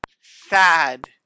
sad